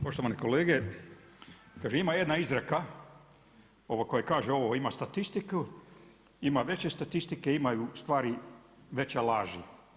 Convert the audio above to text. Poštovani kolege, ima jedna izreka koja kaže, ovo ima statistiku, ima veće statistike, imaju stvari veće laži.